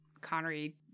Connery